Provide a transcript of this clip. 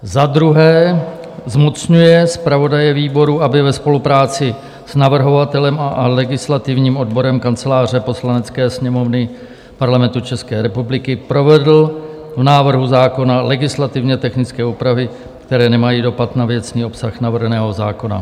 II. zmocňuje zpravodaje výboru, aby ve spolupráci s navrhovatelem a legislativním odborem Kanceláře Poslanecké sněmovny Parlamentu České republiky provedl v návrhu zákona legislativně technické úpravy, které nemají dopad na věcný obsah navrženého zákona;